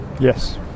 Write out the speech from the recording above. Yes